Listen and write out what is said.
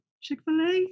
Chick-fil-A